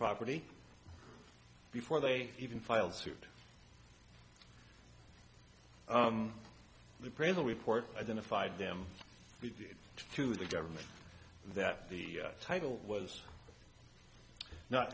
property before they even filed suit the present report identified them to the government that the title was not